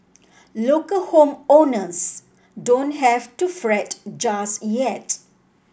local home owners don't have to fret just yet